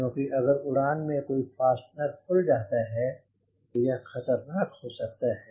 क्यूंकि अगर उड़ान में कोई फास्टनर खुल जाता है तो यह खतरनाक हो सकता है